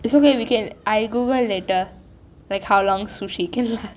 it's okay we can I google later like how long sushi can last